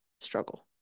struggle